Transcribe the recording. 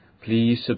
Please